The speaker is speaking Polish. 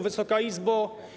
Wysoka Izbo!